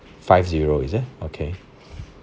five zero is it okay